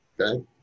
okay